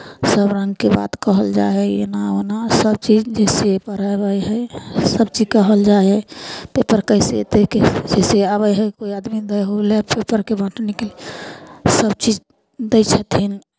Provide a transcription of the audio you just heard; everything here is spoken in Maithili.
सभ रङ्गके बात कहल जाइ हइ एना ओना सभ चीज जइसे पढ़ै हइ सभचीज कहल जाइ हइ पेपर कइसे ताहिके जइसे आबै हइ कोइ आदमी दै उ लए पेपरके बाँटय निकलै सभ चीज दै छथिन